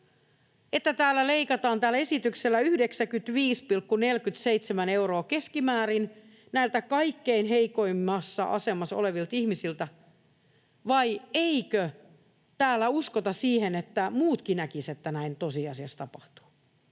että tällä esityksellä leikataan 95,47 euroa keskimäärin näiltä kaikkein heikoimmassa asemassa olevilta ihmisiltä, vai eikö täällä uskota siihen, että muutkin näkisivät, että näin tosiasiassa tapahtuu.